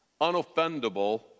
Unoffendable